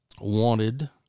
wanted